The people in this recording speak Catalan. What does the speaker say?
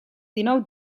dinou